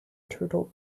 turtle